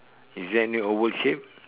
is there any oval shape